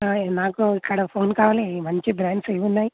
నాకు ఇక్కడ ఫోన్ కావాలి మంచి బ్రాండ్స్ ఏమున్నాయి